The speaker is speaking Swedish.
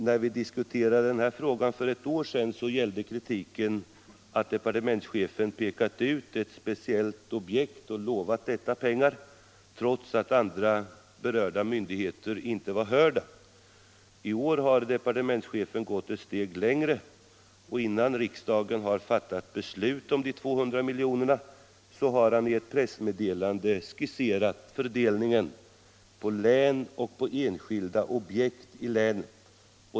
När vi diskuterade denna fråga för ett år sedan gällde kritiken att departementschefen pekat ut ett speciellt objekt och lovat detta pengar, trots att andra berörda myndigheter inte var hörda. I år har departementschefen gått ett steg längre, och innan riksdagen fattat beslut om de 200 miljonerna har han i ett pressmeddelande skisserat fördelningen på län och på enskilda objekt i länen.